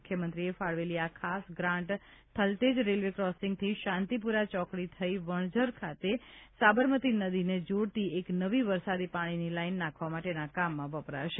મુખ્યમંત્રીએ ફાળવેલી આ ખાસ ગ્રાન્ટ થલતેજ રેલવે ક્રોસિંગથી શાંતિપૂરા ચોકડી થઈ વણઝર ખાતે સાબરમતી નદીને જોડતી એક નવી વરસાદી પાણીની લાઇન નાંખવા માટેના કામમાં વપરાશે